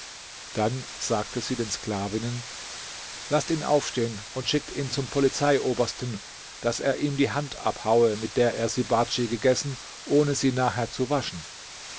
dann sagte sie den sklavinnen laßt ihn aufstehen und schickt ihn zum polizeiobersten daß er ihm die hand abhaue mit der er sirbadj gegessen ohne sie nachher zu waschen